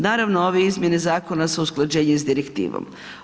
Naravno ove izmjene zakona su usklađenje sa direktivom.